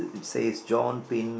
says John Pin